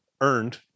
earned